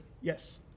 Yes